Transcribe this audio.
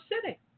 city